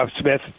Smith